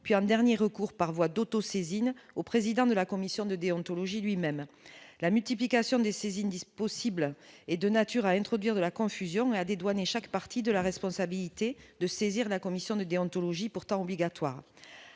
puis, en dernier recours par voie d'autosaisine au président de la commission de déontologie lui-même la multiplication des saisines 10 possibles est de nature à introduire de la confusion à dédouaner chaque partie de la responsabilité de saisir la commission de déontologie, pourtant obligatoire